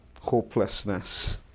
hopelessness